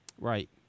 Right